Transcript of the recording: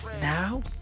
Now